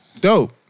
Dope